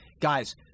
guys